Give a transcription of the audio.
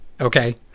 okay